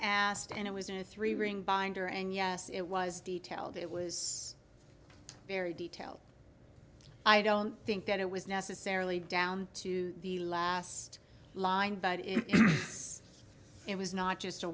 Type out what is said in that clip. asked and it was a three ring binder and yes it was detailed it was very detailed i don't think that it was necessarily down to the last line but if it was not just a